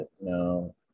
No